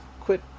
Quit